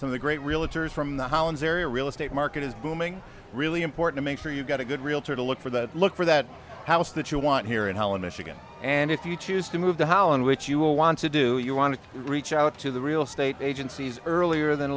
some of the great from the hollands area real estate market is booming really important make sure you got a good realtor to look for that look for that house that you want here in holland michigan and if you choose to move to how in which you will want to do it you want to reach out to the real estate agencies earlier than